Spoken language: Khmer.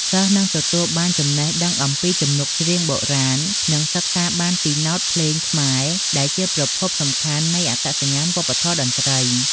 សិស្សនឹងទទួលបានចំណេះដឹងអំពីទំនុកច្រៀងបុរាណ និងបានសិក្សាពីណោតភ្លេងខ្មែរដែលជាប្រភពសំខាន់នៃអត្តសញ្ញាណវប្បធម៌តន្ត្រី។